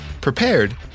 prepared